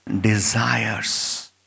desires